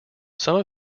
some